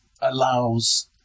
allows